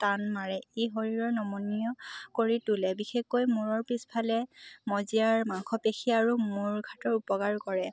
টান মাৰে এই শৰীৰৰ নমনীয় কৰি তোলে বিশেষকৈ মূৰৰ পিছফালে মজিয়াৰ মাংসপেশী আৰু মূৰ ঘাটৰ উপকাৰ কৰে